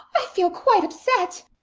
i feel quite upset.